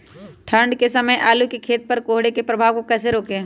ठंढ के समय आलू के खेत पर कोहरे के प्रभाव को कैसे रोके?